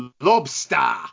Lobster